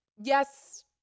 yes